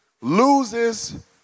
loses